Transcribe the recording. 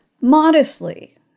modestly